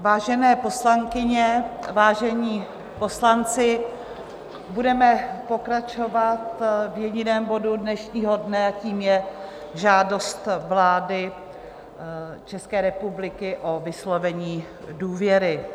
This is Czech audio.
Vážené poslankyně, vážení poslanci, budeme pokračovat v jediném bodu dnešního dne a tím je Žádost vlády České republiky o vyslovení důvěry.